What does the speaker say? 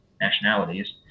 nationalities